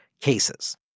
cases